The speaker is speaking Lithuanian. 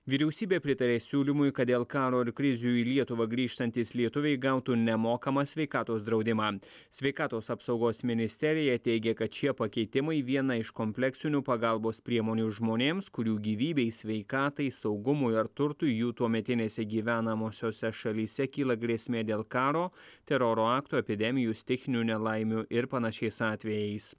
vyriausybė pritarė siūlymui kad dėl karo ir krizių į lietuvą grįžtantys lietuviai gautų nemokamą sveikatos draudimą sveikatos apsaugos ministerija teigė kad šie pakeitimai viena iš kompleksinių pagalbos priemonių žmonėms kurių gyvybei sveikatai saugumui ar turtui jų tuometinėse gyvenamosiose šalyse kyla grėsmė dėl karo teroro aktų epidemijų stichinių nelaimių ir panašiais atvejais